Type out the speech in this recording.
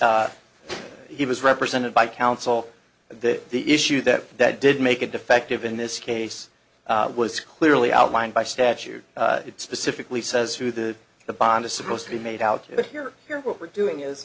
he was represented by counsel to the issue that that did make a defective in this case was clearly outlined by statute specifically says who the the bond is supposed to be made out to here here what we're doing is